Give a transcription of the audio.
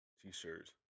T-shirts